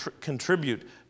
contribute